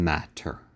Matter